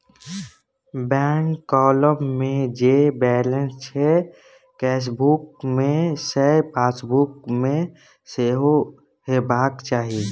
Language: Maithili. बैंक काँलम मे जे बैलंंस छै केसबुक मे सैह पासबुक मे सेहो हेबाक चाही